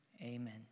Amen